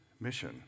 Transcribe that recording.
mission